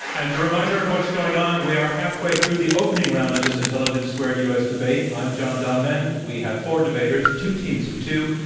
and a reminder of what's going on, we are halfway through the opening round of this intelligence squared u. s. debate. i'm john donvan. we have four debaters, two teams of two,